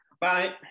Bye